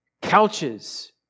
couches